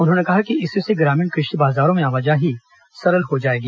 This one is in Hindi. उन्होंने कहा कि इससे ग्रामीण कृषि बाजारों में आवाजाही सरल हो जाएगी